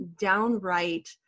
downright